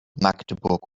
magdeburg